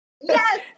yes